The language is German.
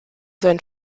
sein